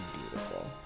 beautiful